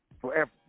forever